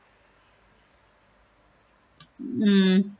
mm